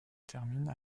termine